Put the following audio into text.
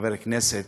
לחבר כנסת,